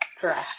Correct